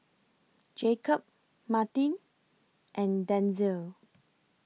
Jacob Marti and Denzil